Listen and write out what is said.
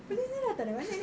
police ni datang dari mana ni